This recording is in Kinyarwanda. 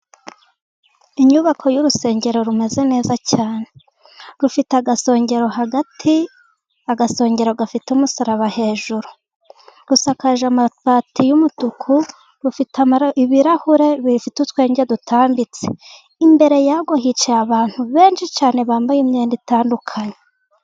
Inyubako y'urusengero rumeze neza cyane, rufite agasongero hagati, agasongero gafite umusaraba hejuru rusakaje amatati y'umutuku rufite ibirahure bifite utwenge dutambitse, imbere yabwo hicaye caye abantu benshi cyane bambaye imyenda itandukanye.